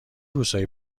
روزهایی